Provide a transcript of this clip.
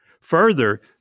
Further